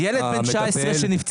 ילד בן 19 שנפצע